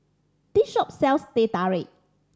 this shop sells Teh Tarik